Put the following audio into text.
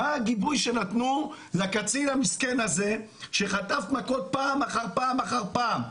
מה הגיבוי שנתנו לקצין המסכן הזה שחטף מכות פעם אחר פעם אחר פעם.